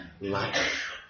life